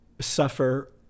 suffer